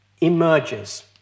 emerges